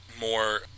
more